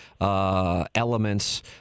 elements